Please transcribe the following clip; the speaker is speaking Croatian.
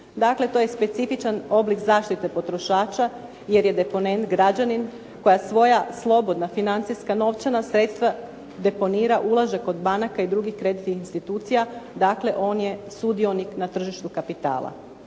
Dakle, to je specifičan oblik zaštite potrošača, jer je deponent građanin koji svoja slobodna financijska novčana sredstva deponira, ulaže kod banaka i drugih kreditnih institucija, dakle on je sudionik na tržištu kapitala.